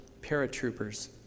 paratroopers